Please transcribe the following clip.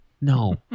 No